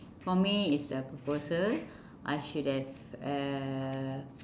for me is the proposal I should have uhh